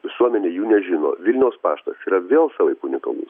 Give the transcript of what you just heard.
visuomenė jų nežino vilniaus paštas yra vėl savaip unikalus